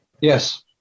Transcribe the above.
Yes